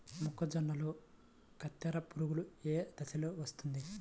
మొక్కజొన్నలో కత్తెర పురుగు ఏ దశలో వస్తుంది?